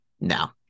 No